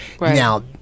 Now